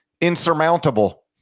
insurmountable